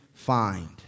find